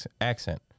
Accent